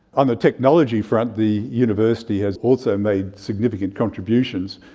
on the technology front, the university has also made significant contributions.